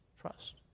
trust